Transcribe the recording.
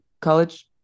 college